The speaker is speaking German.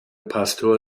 pastor